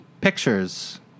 pictures